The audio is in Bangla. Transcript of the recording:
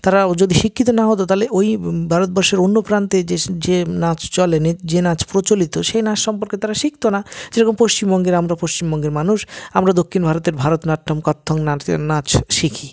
তারা যদি শিক্ষিত না হতো তাহলে ওই ভারতবর্ষের অন্য প্রান্তে যে যে নাচ চলে যে নাচ প্রচলিত সে নাচ সম্পর্কে তারা শিখতো না যেরকম পশ্চিমবঙ্গের আমরা পশ্চিমবঙ্গের মানুষ আমরা দক্ষিণ ভারতের ভারতনাট্যম কত্থক নাচ নাচ শিখি